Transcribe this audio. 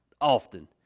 often